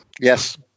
Yes